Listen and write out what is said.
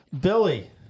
Billy